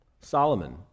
Solomon